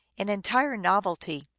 an entire novelty,